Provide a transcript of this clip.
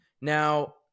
Now